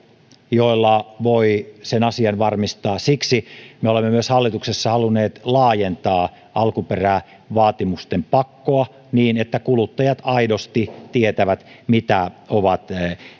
joilla voi sen asian varmistaa siksi me olemme myös hallituksessa halunneet laajentaa alkuperävaatimusten pakkoa niin että kuluttajat aidosti tietävät mitä ovat